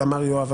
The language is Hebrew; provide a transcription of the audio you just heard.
אמר יואב,